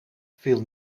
viel